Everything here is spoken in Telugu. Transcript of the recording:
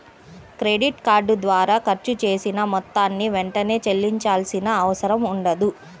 క్రెడిట్ కార్డు ద్వారా ఖర్చు చేసిన మొత్తాన్ని వెంటనే చెల్లించాల్సిన అవసరం ఉండదు